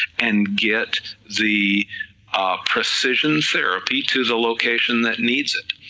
and get the precision therapy to the location that needs it,